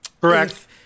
Correct